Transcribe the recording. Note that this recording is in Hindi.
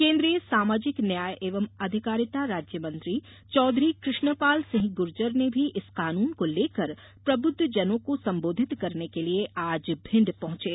केन्द्रीय सामाजिक न्याय एवं अधिकारिता राज्य मंत्री चौधरी कृष्णपाल सिंह गुर्जर भी इस कानून को लेकर प्रबुद्धजनों को संबोधित करने के लिये आज भिण्ड पहुंचे